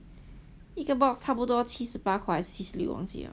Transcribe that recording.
一个 box 差不多七十八块是不是我忘记了